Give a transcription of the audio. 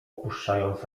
opuszczając